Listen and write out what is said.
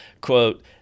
quote